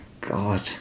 God